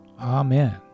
Amen